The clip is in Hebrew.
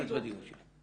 תודה.